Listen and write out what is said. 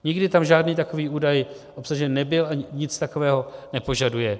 Nikdy tam žádný takový údaj obsažen nebyl ani nic takového nepožaduje.